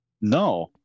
No